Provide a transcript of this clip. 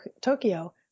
Tokyo